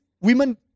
women